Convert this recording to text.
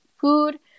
food